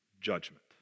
judgment